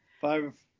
five